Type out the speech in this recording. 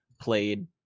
played